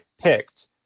picked